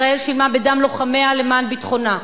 ישראל שילמה בדם לוחמיה למען ביטחונה.